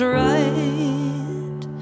right